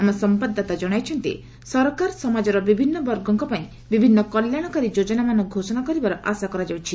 ଆମ ସମ୍ଭାଦଦାତା ଜଣାଇଛନ୍ତି ସରକାର ସମାଜର ବିଭିନ୍ନ ବର୍ଗଙ୍କ ପାଇଁ ବିଭିନ୍ନ କଲ୍ୟାଣକାରୀ ଯୋଜନାମାନ ଘୋଷଣା କରିବାର ଆଶା କରାଯାଉଛି